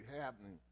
happening